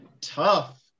tough